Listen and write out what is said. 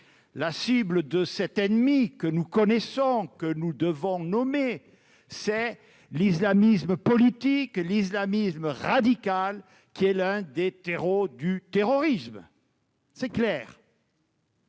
les cibles de cet ennemi que nous connaissons et que nous devons nommer : l'islamisme politique, l'islamisme radical, qui est l'un des terreaux du terrorisme. Les